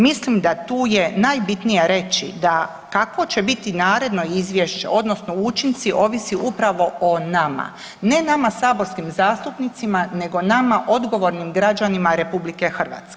Mislim da tu je najbitnije reći da kakvo će biti naredno izvješće odnosno učinci ovisi upravo o nama, ne nama saborskim zastupnicima nego nama odgovornim građanima RH.